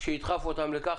שידחוף אותם לכך,